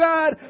God